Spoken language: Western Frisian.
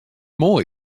moai